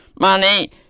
money